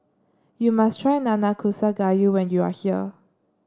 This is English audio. you must try Nanakusa Gayu when you are here